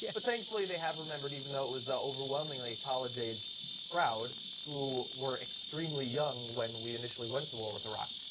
yeah but thankfully they have remembered even though it was overwhelmingly a college aged crowd who were extremely young when we initially went to war with iraq.